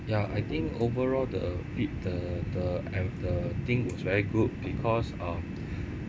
ya I think overall the fee~ the the err the thing was very good because uh